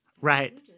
Right